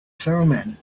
thummim